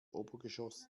obergeschoss